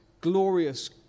glorious